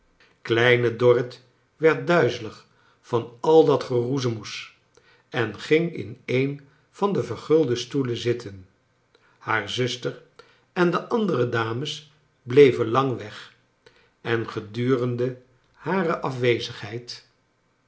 kleine dorrit werd duizelig van al dat geroezemoes en ging in een van de vergulden stoelen zitten haar zuster en de andere dames bleven lang weg en gedurende hare afwezigheid